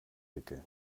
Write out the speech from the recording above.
wickeln